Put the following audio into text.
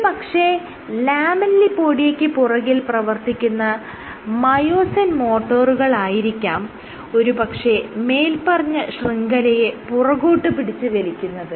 ഒരു പക്ഷെ ലാമെല്ലിപോഡിയ്ക്ക് പുറകിൽ പ്രവർത്തിക്കുന്ന മയോസിൻ മോട്ടറുകളായിരിക്കാം ഒരു പക്ഷെ മേല്പറഞ്ഞ ശൃംഖലയെ പുറകോട്ട് പിടിച്ച് വലിക്കുന്നത്